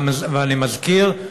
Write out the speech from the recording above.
ואני מזכיר,